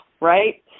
right